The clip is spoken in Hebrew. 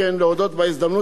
השר לביטחון פנים,